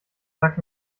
sagt